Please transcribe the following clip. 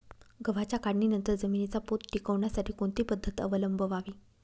गव्हाच्या काढणीनंतर जमिनीचा पोत टिकवण्यासाठी कोणती पद्धत अवलंबवावी?